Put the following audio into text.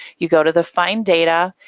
you go to the find data,